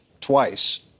twice